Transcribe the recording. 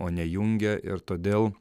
o nejungia ir todėl